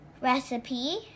recipe